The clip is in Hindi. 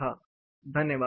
Thank you धन्यवाद